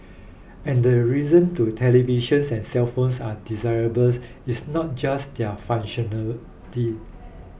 and the reason to televisions and cellphones are desirable is not just their functionality